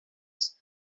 adreces